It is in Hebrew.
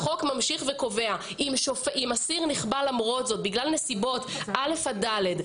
החוק ממשיך וקובע שאם אסיר נכבל למרות זאת בגלל נסיבות א' עד ד',